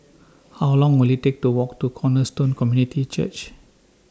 How Long Will IT Take to Walk to Cornerstone Community Church